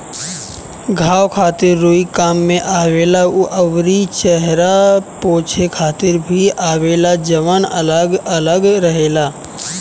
घाव खातिर रुई काम में आवेला अउरी चेहरा पोछे खातिर भी आवेला जवन अलग अलग रहेला